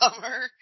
summer